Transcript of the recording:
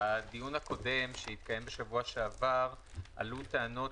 בדיון שהתקיים בשבוע שעבר עלו טענות